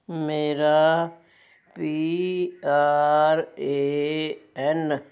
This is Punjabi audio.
ਮੇਰਾ ਪੀ ਆਰ ਏ ਐੱਨ